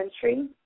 country